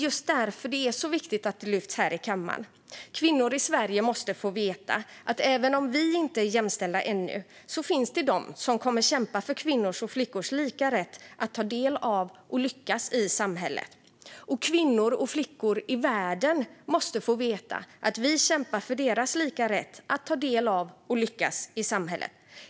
Just därför är det viktigt att detta lyfts upp här i kammaren. Kvinnor i Sverige måste få veta att även om vi inte är jämställda ännu finns det de som kommer att kämpa för kvinnors och flickors lika rätt att ta del av och lyckas i samhället. Kvinnor och flickor i världen måste få veta att vi kämpar för deras lika rätt att ta del av och lyckas i samhället.